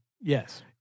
yes